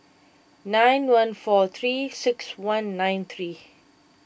nine one four three six one nine three